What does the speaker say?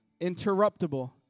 interruptible